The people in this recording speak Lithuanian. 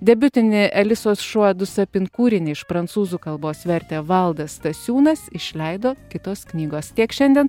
debiutinį elisos šua dusapin kūrinį iš prancūzų kalbos vertė valdas stasiūnas išleido kitos knygos tiek šiandien